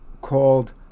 called